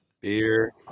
beer